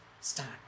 start